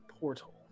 portal